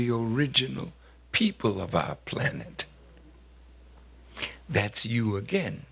the original people of our planet that's you again